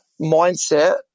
mindset